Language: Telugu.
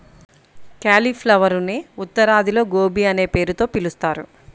క్యాలిఫ్లవరునే ఉత్తరాదిలో గోబీ అనే పేరుతో పిలుస్తారు